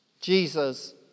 Jesus